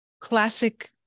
classic